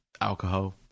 alcohol